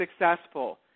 successful